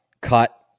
cut